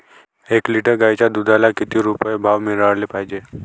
एक लिटर गाईच्या दुधाला किती रुपये भाव मिळायले पाहिजे?